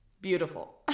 Beautiful